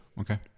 Okay